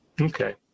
Okay